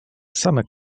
same